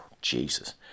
Jesus